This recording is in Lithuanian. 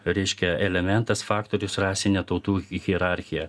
reiškia elementas faktorius rasinė tautų hierarchija